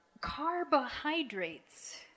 carbohydrates